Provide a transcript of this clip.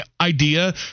idea